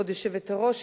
כבוד היושבת-ראש,